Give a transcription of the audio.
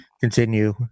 continue